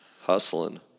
hustling